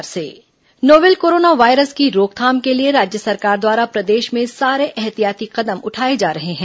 corona virus novel corona virus की रोकथाम के लिए राज्य सरकार द्वारा प्रदेश में सारे ऐहतियाती कदम उठाए जा रहे हैं